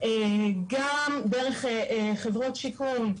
גם דרך חברות שיכון,